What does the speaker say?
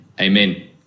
Amen